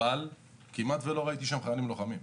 אבל כמעט לא ראיתי שם חיילים לוחמים,